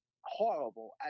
horrible